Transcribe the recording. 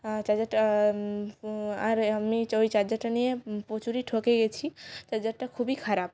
চার্জারটা আর আমি ওই চার্জারটা নিয়ে প্রচুরই ঠকে গেছি চার্জারটা খুবই খারাপ